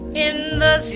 in the